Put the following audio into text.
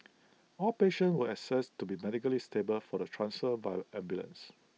all patients were assessed to be medically stable for the transfer via ambulances